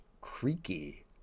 creaky